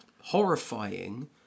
horrifying